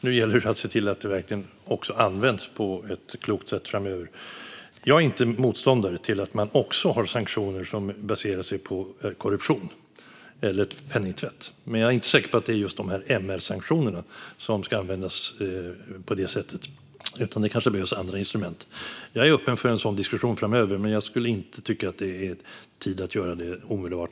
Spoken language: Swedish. Nu gäller det att se till att lagen verkligen också används på ett klokt sätt framöver. Jag är inte motståndare till att man också har sanktioner som baserar sig på korruption eller penningtvätt, men jag är inte säker på att det är just de här MR-sanktionerna som ska användas på det sättet. Det kanske behövs andra instrument. Jag är öppen för en sådan diskussion framöver, men jag skulle inte tycka att det var tid att göra det omedelbart.